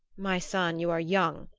my son, you are young,